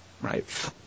Right